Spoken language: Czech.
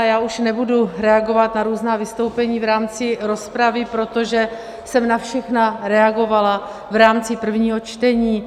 Já už nebudu reagovat na různá vystoupení v rámci rozpravy, protože jsem na všechna reagovala v rámci prvního čtení.